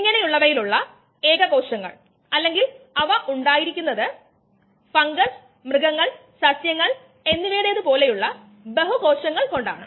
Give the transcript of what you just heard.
ഞാൻ ഇവിടെ കുറച്ച് ഉദാഹരണങ്ങൾ തരുന്നു ഈ ഉപയോഗങ്ങളെല്ലാം കുറച്ച് പതിറ്റാണ്ടുകളായ നിലവിൽ ഉള്ളതാണ്